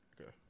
Okay